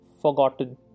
forgotten